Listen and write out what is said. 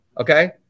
Okay